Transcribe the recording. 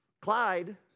Clyde